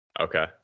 okay